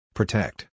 Protect